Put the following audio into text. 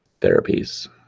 therapies